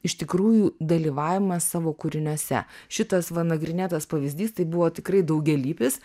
iš tikrųjų dalyvavimas savo kūriniuose šitas va nagrinėtas pavyzdys tai buvo tikrai daugialypis